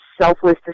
selfless